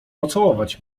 pocałować